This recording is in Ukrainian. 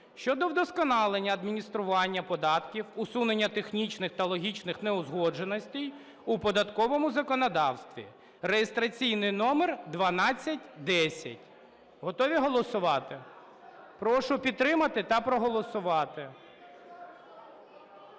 щодо вдосконалення адміністрування податків, усунення технічних та логічних неузгодженостей у податковому законодавстві (реєстраційний номер 1210). Готові голосувати? Прошу підтримати та проголосувати.